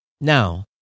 Now